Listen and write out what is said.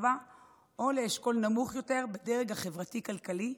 או לאשכול נמוך יותר בדרג החברתי-כלכלי,